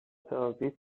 ترانزیت